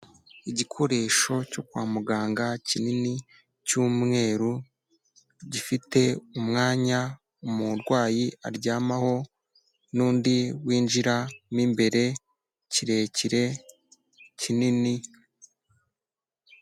Igikoresho cyo kwa muganga kinini, cy'umweru gifite umwanya umurwayi aryamaho n'undi winjiramo imbere kirekire kinini.